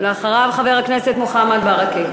אחריו, חבר הכנסת מוחמד ברכה.